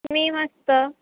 मी मस्त